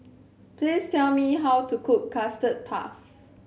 please tell me how to cook Custard Puff